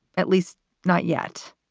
at least not yet.